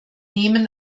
nehmen